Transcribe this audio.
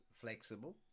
flexible